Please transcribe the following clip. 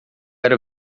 era